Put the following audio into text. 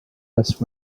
less